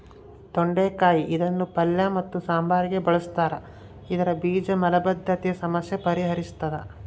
ತೊಂಡೆಕಾಯಿ ಇದನ್ನು ಪಲ್ಯ ಮತ್ತು ಸಾಂಬಾರಿಗೆ ಬಳುಸ್ತಾರ ಇದರ ಬೀಜ ಮಲಬದ್ಧತೆಯ ಸಮಸ್ಯೆ ಪರಿಹರಿಸ್ತಾದ